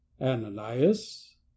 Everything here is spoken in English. Ananias